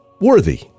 worthy